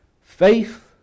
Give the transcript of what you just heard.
Faith